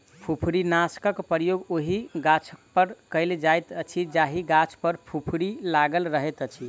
फुफरीनाशकक प्रयोग ओहि गाछपर कयल जाइत अछि जाहि गाछ पर फुफरी लागल रहैत अछि